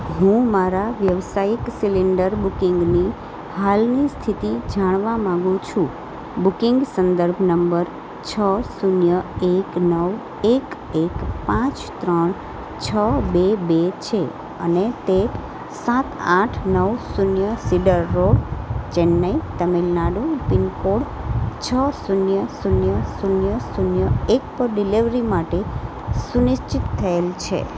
હું મારા વ્યવસાઈક સિલિન્ડર બુકિંગની હાલની સ્થિતિ જાણવા માંગુ છું બુકિંગ સંદર્ભ નંબર છ શૂન્ય એક નવ એક એક પાંચ ત્રણ છ બે બે છે અને તે સાત આઠ નવ શૂન્ય cedar road Chennai Tamil Nadu pin code છ શૂન્ય શૂન્ય શૂન્ય શૂન્ય એક પર ડિલેવરી માટે સુનિશ્ચિત થયેલ છે